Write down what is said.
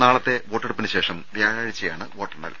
നാളത്തെ വോട്ടെടുപ്പിനുശേഷം വ്യാഴാഴ്ചയാണ് വോട്ടെണ്ണൽ